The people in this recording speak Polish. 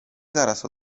zaraz